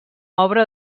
obra